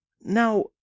Now